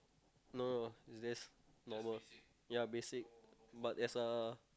no no there's normal ya basic but as a